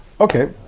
Okay